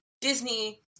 Disney